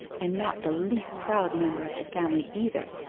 and not the least proud member of the family either!